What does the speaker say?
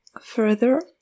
further